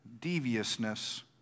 deviousness